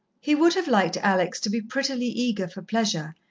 he would have liked alex to be prettily eager for pleasure,